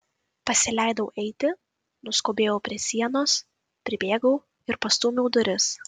pasileidau eiti nuskubėjau prie sienos pribėgau ir pastūmiau duris